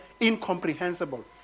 incomprehensible